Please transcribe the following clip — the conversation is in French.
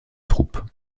troupe